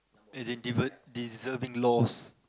as in deve~ deserving loss